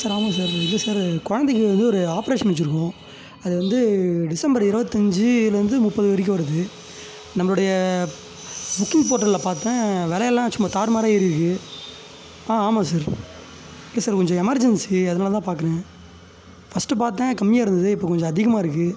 sir ஆமாம்ங்க sir இல்லை sir கொழந்தைக்கி இது ஒரு ஆப்ரேஷன் வெச்சிருக்கோம் அது வந்து டிசம்பர் இருபத்தஞ்சுல இருந்து முப்பது வரைக்கும் வருது நம்மளுடைய புக்கிங் போர்ட்டலில் பார்த்தேன் வெலை எல்லாம் சும்மா தாறுமாறாக ஏறி இருக்குது ஆ ஆமாம் சார் இல்லை சார் கொஞ்சம் எமர்ஜென்சி அதனால தான் பார்க்குறேன் ஃபஸ்ட்டு பார்த்தேன் கம்மியாக இருந்தது இப்போ கொஞ்சம் அதிகமாக இருக்குது